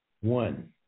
One